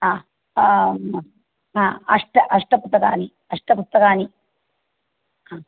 हा हा अष्ट अष्ट पुस्तकानि अष्ट पुस्तकानि हा